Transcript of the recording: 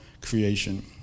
creation